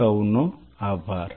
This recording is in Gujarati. આપ સૌનો આભાર